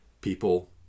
People